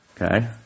Okay